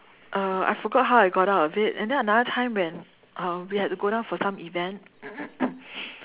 uh I forgot how I got out of it and then another time when um we had to go down for some event